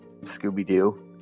Scooby-Doo